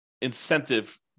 incentive